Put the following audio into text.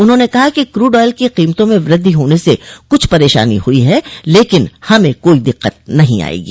उन्हाने कहा कि क्रूड आयल की कीमतों में वृद्धि होने से कुछ परेशानी हुई है लेकिन हमें कोई दिक्कत नहीं आयेगी